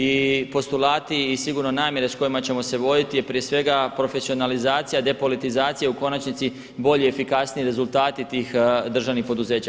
I postulati i sigurno namjere s kojima ćemo se voditi je prije svega profesionalizacija i depolitizacija, u konačnici bolji i efikasniji rezultati tih državnih poduzeća.